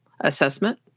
assessment